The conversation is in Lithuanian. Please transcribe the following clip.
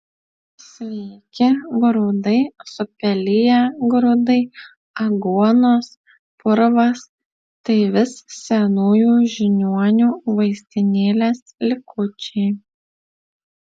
sveiki grūdai supeliję grūdai aguonos purvas tai vis senųjų žiniuonių vaistinėlės likučiai